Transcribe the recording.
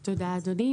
תודה, אדוני.